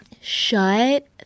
Shut